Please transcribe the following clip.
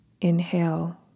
Inhale